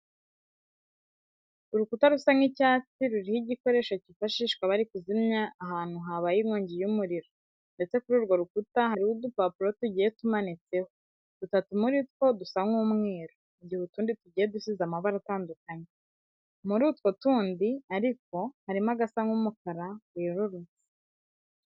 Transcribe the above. Urukuta rusa nk'icyatsi ruriho igikoresho cyifashishwa bari kuzimya ahantu habaye inkongi y'umuriro ndetse kuri urwo rukuta hariho udupapuro tugiye tumanitseho, dutatu muri two dusa nk'umweru, mu gihe utundi tugiye dusize amabara atandukanye. Muri utwo tundi ariko harimo agasa nk'umukara werurutse.